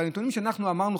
בנתונים שאנחנו אמרנו,